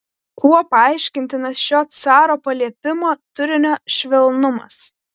kuo paaiškintinas šio caro paliepimo turinio švelnumas